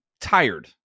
tired